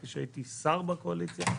כשהייתי שר בקואליציה,